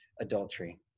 adultery